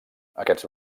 aquests